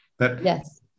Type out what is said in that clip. Yes